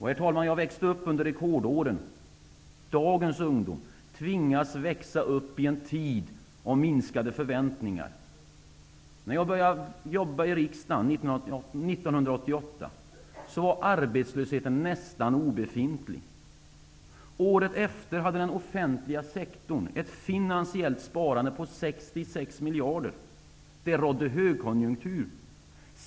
Herr talman! Jag växte upp under rekordåren. Dagens ungdom tvingas växa upp i en tid av minskande förväntningar. När jag började jobba i riksdagen 1988 var arbetslösheten nästan obefintlig. Året efter hade den offentliga sektorn ett finansiellt sparande på 66 miljarder. Det rådde högkonjunktur.